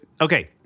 Okay